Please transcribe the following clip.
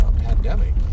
pandemic